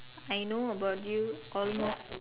I know about you almost